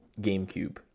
GameCube